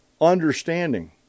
understanding